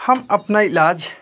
हम अपना इलाज